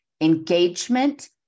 engagement